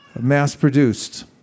mass-produced